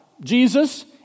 Jesus